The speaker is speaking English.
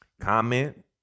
Comment